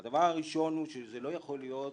אחד, שזה לא יכול להיות